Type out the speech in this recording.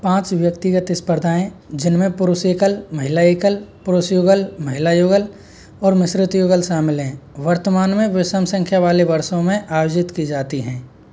पाँच व्यक्तिगत स्पर्धाएँ जिनमें पुरुष एकल महिला एकल पुरुष युगल महिला युगल और मिश्रित युगल शामिल हैं वर्तमान में विषम संख्या वाले वर्षों में आयोजित की जाती हैं